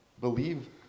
believe